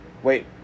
Wait